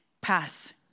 pass